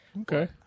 Okay